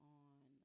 on